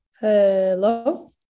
Hello